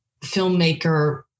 filmmaker